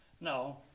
No